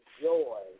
joy